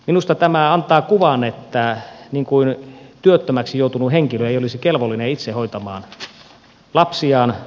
minusta tämä antaa kuvan että työttömäksi joutunut henkilö ei olisi kelvollinen itse hoitamaan lapsiaan